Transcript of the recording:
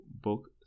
book